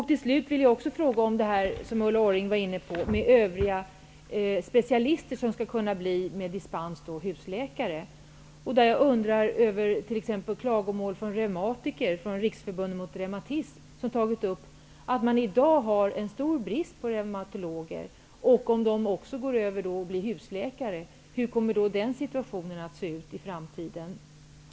Till sist vill jag fråga om det här som Ulla Orring tog upp om att specialister med dispens skall kunna bli husläkare. Riksförbundet mot reumatism har t.ex. tagit upp att det i dag finns en stor brist på reumatologer. Hur blir det i framtiden om dessa reumatologer går över till att bli husläkare?